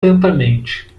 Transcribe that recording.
lentamente